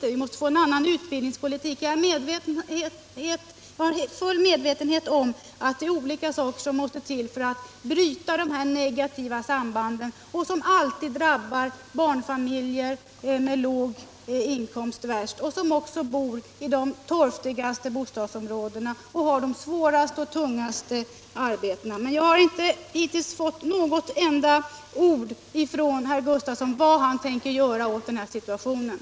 Och vi måste få en annan utbildningspolitik. Jag är fullt medveten om att det är olika saker som måste till för att bryta de här negativa sambanden, som alltid drabbar barnfamiljer med låga inkomster värst, de som också bor i de torftigaste bostadsområdena och har de svåraste och tyngsta arbetena. Men jag har hittills inte hört något enda ord från herr Gustavsson om vad han tänker göra åt de här förhållandena.